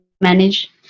manage